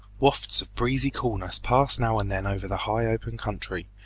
wafts of breezy coolness passed now and then over the high open country,